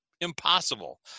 impossible